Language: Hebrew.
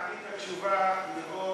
תראה, אתה ענית תשובה מאוד,